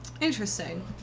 Interesting